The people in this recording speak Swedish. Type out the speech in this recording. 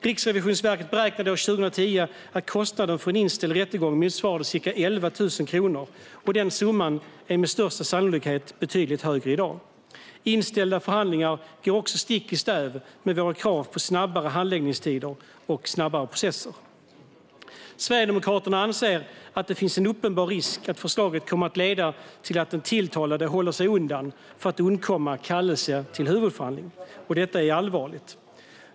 Riksrevisionsverket beräknade år 2010 att kostnaden för en inställd rättegång motsvarade cirka 11 000 kronor, och den summan är med största sannolikhet betydligt större i dag. Inställda förhandlingar går också stick i stäv med våra krav på snabbare handläggningstider och processer. Sverigedemokraterna anser att det finns en uppenbar risk att förslaget kommer att leda till att den tilltalade håller sig undan för att undkomma kallelse till huvudförhandling. Detta är allvarligt.